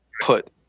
put